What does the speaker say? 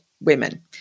women